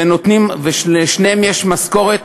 ולשניהם יש משכורת,